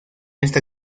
esta